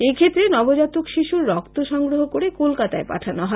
এক্ষেত্রে নবজাতক শিশুর রক্ত সগগ্রহ করে কোলকাতায় পাঠানো হয়